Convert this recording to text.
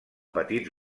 petits